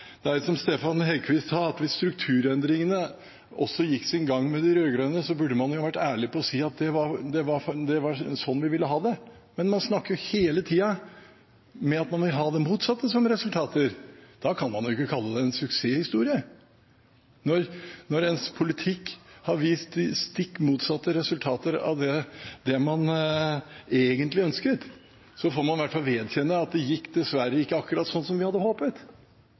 Som Stefan Heggelund sa: Hvis strukturendringene også gikk sin gang med de rød-grønne, burde man være ærlig og si at det var sånn man ville ha det. Men man snakker hele tiden om at man vil ha det motsatte som resultat. Da kan man ikke kalle det en suksesshistorie. Når egen politikk har vist stikk motsatte resultater av det man egentlig ønsket, får man i hvert fall vedgå at det dessverre ikke gikk akkurat som man hadde håpet.